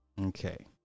Okay